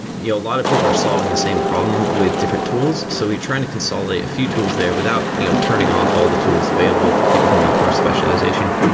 you know a lot of people are solving the same problem with different tools. so we're trying to consolidate a few tools there without and you know turning off all the tools available for people who need more specialization.